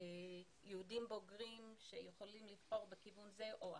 כאזרחים בוגרים שיכולים לבחור בכיוון זה או אחר.